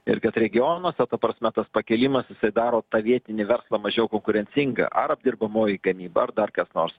ir kad regionuose ta prasme tas pakilimas jisai daro tą vietinį verslą mažiau konkurencingą ar apdirbamoji gamyba ar dar kas nors